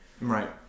right